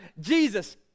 Jesus